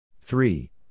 Three